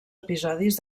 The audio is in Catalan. episodis